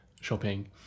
shopping